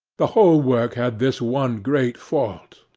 the whole work had this one great fault,